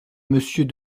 mmonsieur